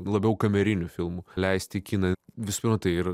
labiau kamerinių filmų leist į kiną visu pirma tai ir